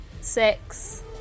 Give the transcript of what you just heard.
Six